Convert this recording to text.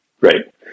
right